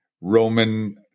roman